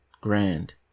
grand